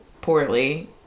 poorly